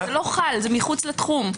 זה לא חל, זה מחוץ לתחום.